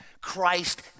Christ